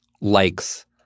likes –